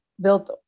built